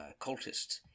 cultists